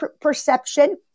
perception